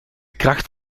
kracht